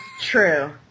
true